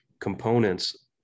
components